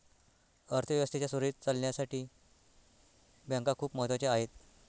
अर्थ व्यवस्थेच्या सुरळीत चालण्यासाठी बँका खूप महत्वाच्या आहेत